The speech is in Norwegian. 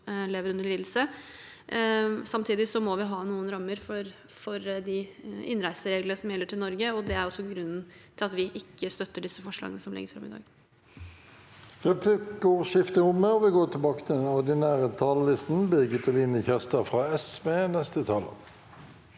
Samtidig må vi ha noen rammer for de innreisereglene som gjelder til Norge, og det er også grunnen til at vi ikke støtter de forslagene som legges fram i dag.